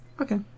Okay